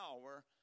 power